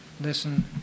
listen